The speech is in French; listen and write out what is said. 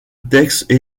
texte